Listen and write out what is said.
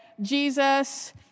Jesus